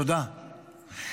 תודה.